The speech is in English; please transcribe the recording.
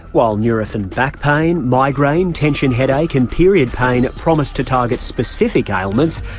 while nurofen back pain, migraine, tension headache, and period pain promised to target specific ailments,